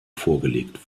vorgelegt